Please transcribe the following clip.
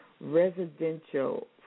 residential